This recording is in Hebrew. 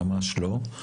ממש לא.